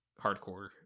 hardcore